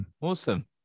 awesome